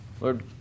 Lord